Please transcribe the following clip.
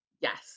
Yes